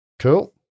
Cool